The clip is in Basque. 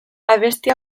abesti